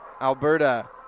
Alberta